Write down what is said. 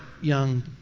young